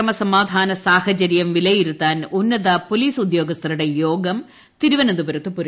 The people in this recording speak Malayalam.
പ്രകമസമാധാന സാഹചര്യം വിലയിരുത്താൻ ഉന്നത പോലീസ് ഉദ്യോഗസ്ഥരുടെ യോഗം തിരുവനന്തപുരത്ത് പുരോഗമിക്കുന്നു